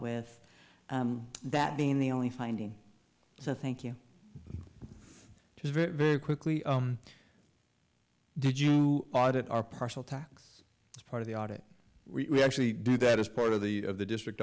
with that being the only finding so thank you very quickly did you audit or partial tax as part of the audit we actually did that as part of the of the district